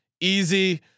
easy